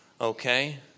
okay